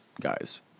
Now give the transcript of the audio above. guys